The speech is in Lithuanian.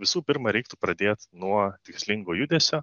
visų pirma reiktų pradėt nuo tikslingo judesio